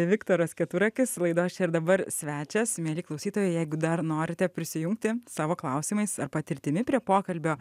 viktoras keturakis laidos čia ir dabar svečias mieli klausytojai jeigu dar norite prisijungti savo klausimais ar patirtimi prie pokalbio